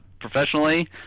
Professionally